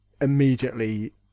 immediately